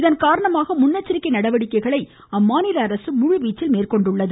இதன் காரணமாக முன்னெச்சரிக்கை நடவடிக்கைகளை மாநில அரசு முழுவீச்சில் மேற்கொண்டுள்ளது